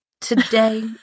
today